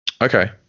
Okay